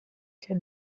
can